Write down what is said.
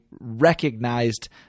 recognized